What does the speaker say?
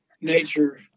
nature